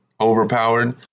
overpowered